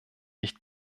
nicht